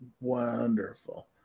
wonderful